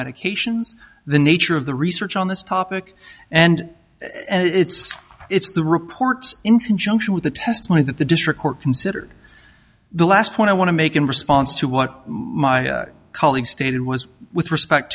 medications the nature of the research on this topic and it's it's the report in conjunction with the testimony that the district court considered the last point i want to make in response to what my colleague stated was with respect